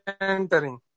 Entering